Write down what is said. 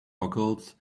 goggles